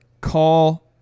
call